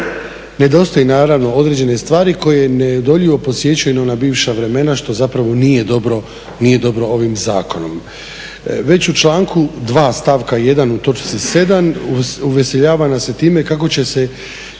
Nedostaju naravno određene stvari koje … podsjećaju na bivša vremena što zapravo nije dobro ovim zakonom. Već u članku 2., stavka 1 u točci 7 uveseljava nas sa time kako će se